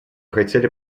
хотели